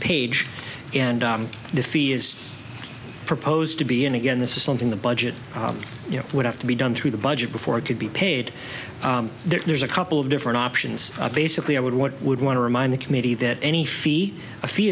page and defeat is proposed to be and again this is something the budget you know would have to be done through the budget before it could be paid there's a couple of different options basically i would what would want to remind the committee that any fee a fee